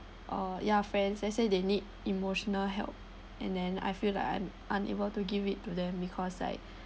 or ya friends let's say they need emotional help and then I feel like I'm unable to give it to them because like